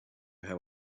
have